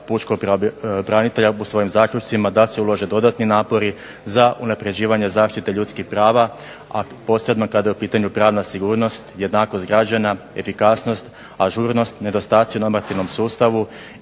pravobranitelja u svojim zaključcima da se ulože dodatni napori za unapređivanje zaštite ljudskih prava, a posebno kada je u pitanju pravna sigurnost, jednakost građana, efikasnost, ažurnost, nedostaci u normativnom sustavu